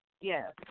Yes